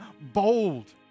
bold